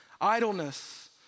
Idleness